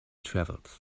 travels